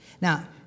Now